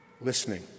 listening